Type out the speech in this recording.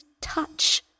touch